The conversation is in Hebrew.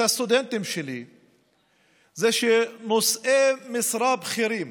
זה שנושאי משרה בכירים